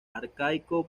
arcaico